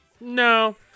No